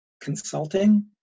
consulting